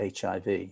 HIV